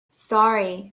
sorry